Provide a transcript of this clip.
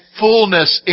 fullness